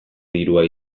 dirua